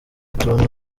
tubonye